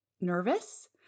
nervous